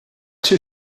two